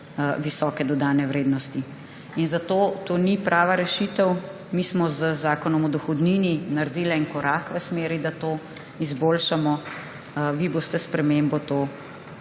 visoke dodane vrednosti. Zato to ni prava rešitev. Mi smo z Zakonom o dohodnini naredili en korak v smeri, da to izboljšamo, vi boste s spremembo to